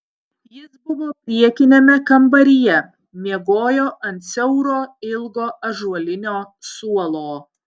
jis buvo priekiniame kambaryje miegojo ant siauro ilgo ąžuolinio suolo